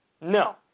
No